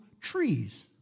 trees